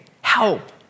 Help